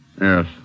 Yes